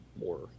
more